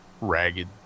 ragged